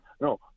No